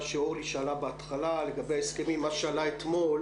שאורלי שאלה בהתחלה לגבי ההסכמים מה שעלה אתמול